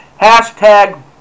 Hashtag